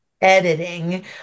editing